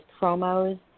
promos